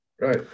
Right